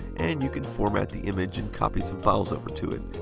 and you can format the image and copy some files over to it.